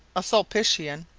a sulpician,